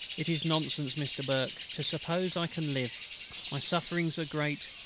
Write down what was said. it is nonsense, mr. burke, to suppose i can live my sufferings are great,